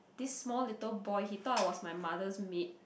this small little boy he thought I was my mother's maid